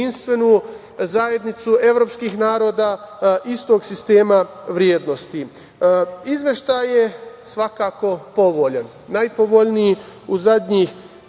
zajednicu evropskih naroda istog sistema vrednosti. Izveštaj je svakako povoljan. Najpovoljniji u zadnjih